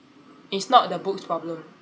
it's not the book's problem